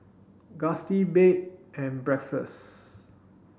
Gusti Bed and Breakfast